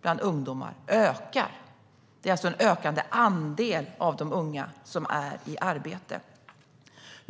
bland ungdomar ökar. Det är alltså en ökande andel av de unga som är i arbete.